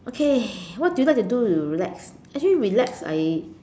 okay what do you like to do to relax actually relax I